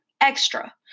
extra